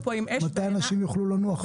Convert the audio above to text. מתי אנשים יוכלו לנוח שם.